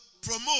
promote